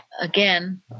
again